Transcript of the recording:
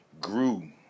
grew